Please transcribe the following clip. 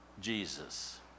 Jesus